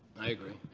i agree.